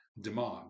demand